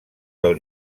del